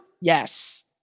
Yes